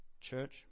church